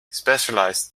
specialized